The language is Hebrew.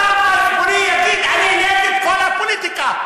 צו מצפוני יגיד: אני נגד כל הפוליטיקה.